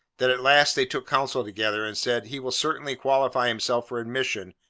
that at last they took counsel together, and said, he will certainly qualify himself for admission,